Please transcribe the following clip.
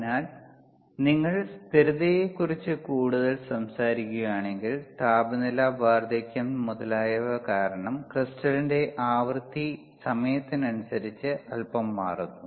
അതിനാൽ നിങ്ങൾ സ്ഥിരതയെക്കുറിച്ച് കൂടുതൽ സംസാരിക്കുകയാണെങ്കിൽ താപനില വാർദ്ധക്യം മുതലായവ കാരണം ക്രിസ്റ്റലിന്റെ ആവൃത്തി സമയത്തിനനുസരിച്ച് അല്പം മാറുന്നു